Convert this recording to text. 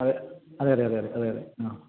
അതെ അതെ അതെ അതെ അതെ അതെ ആ